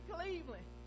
Cleveland